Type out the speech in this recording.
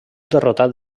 derrotat